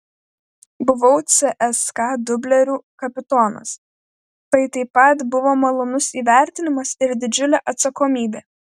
buvau cska dublerių kapitonas tai taip pat buvo malonus įvertinimas ir didžiulė atsakomybė